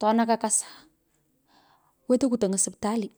Tona kokasa wetoi kutony’oi siptali.